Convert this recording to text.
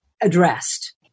addressed